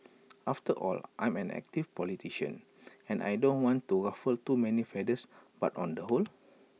after all I'm an active politician and I don't want to ruffle too many feathers but on the whole